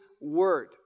word